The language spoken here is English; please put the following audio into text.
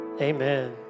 Amen